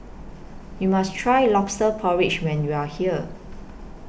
YOU must Try Lobster Porridge when YOU Are here